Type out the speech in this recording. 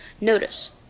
Notice